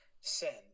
send